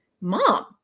mom